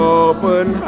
open